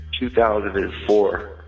2004